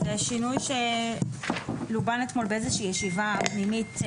זה שינוי שלובן אתמול באיזושהי ישיבה פנימית.